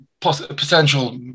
potential